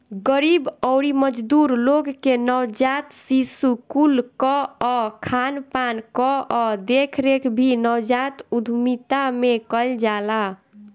गरीब अउरी मजदूर लोग के नवजात शिशु कुल कअ खानपान कअ देखरेख भी नवजात उद्यमिता में कईल जाला